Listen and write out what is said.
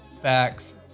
Facts